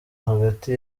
hagati